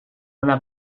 una